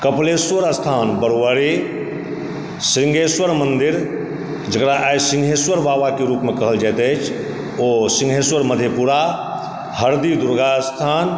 कपिलेश्वर स्थान बरूआही सिंघेश्वर मन्दिर जेकरा आइ सिंघेश्वर बाबाकेँ रुपमे कहल जाइत अछि ओ सिंघेश्वर मधेपुरा हरदी दुर्गा स्थान